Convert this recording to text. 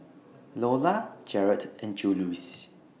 Lolla Jarett and Juluis